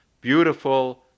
beautiful